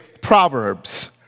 Proverbs